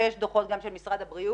ויש דוחות גם של משרד הבריאות,